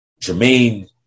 Jermaine